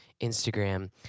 Instagram